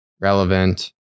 relevant